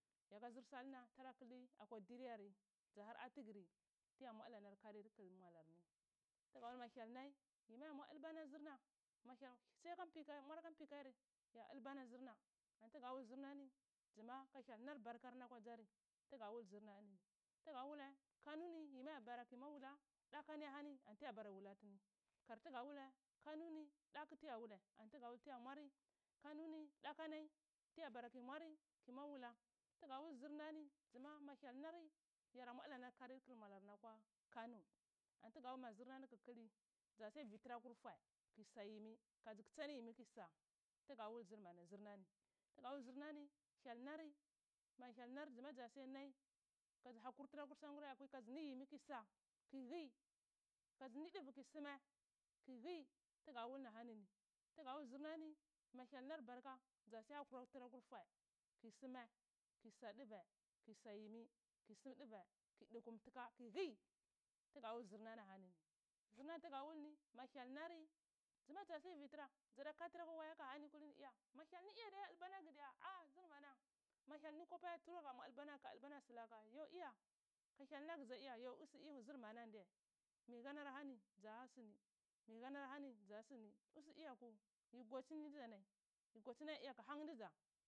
Yaka zr salnatera kle akwa dir yare za har atigri tiya mwar dlba lar karir kl mwalar ni tga wal ma hyal lai yam war dlba na zrna ma hyal siyaka mpikae mwara kampi kari ya dlba na zrna antigawul zrnani zma ka hyal nar barkarni akwa dzari tgawul zrnani tga wulae kano ni yi ma ya bara kiyi mwar wula dakani ahani ani tiya bara wula tini kar tga wula kano ni daku tiya wulae tga wul tiya mwari kano ni daka nai ti ya bara kiyi mwari kiyi mwar wula tga wul zr nani ma ma hyal nari yara mwara dlnar kari kl mwala nar akwa kano antiga wul ma zr nani k-kli za siya vi tra akwi fwae kiyi sayimi kaz ktsani yimi kiyi sa tgawul zr mamna zr nani tga wul zr nani hyal nari ma hyal nar zma za siya nai kasha kwui sanguri akwui kae ni yimi kiyi sa kiyi khi kaz ni du kiyi smaz kiyi khi tgawul ni ahani ni tgawul zrnani ma hyal nar barka za siya hakwi tra akur fwae kiyi same kiyi sa dvae kiyi sa yimi kiyi sm dvae kiyi dkum tka kiyi khi tgawul zr na ni ahani ni zr na ni tga wul ni ma hyal nari zma za si vitra za da katra akwa waya ani kulini ia ma hyal ni iya yadlha nag diya ar zr nana ma hyal ni kwapaya tura ga dlba nag slake yo iya tha hyal nag zaw iya yo usu zr mana ndya miyi lanar lani zaa sini miyi hanar ahani zaa sini iya ko yi gwochinitza tai yi gwochini iya nsg han ddza.